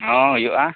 ᱦᱳᱭ ᱦᱩᱭᱩᱜᱼᱟ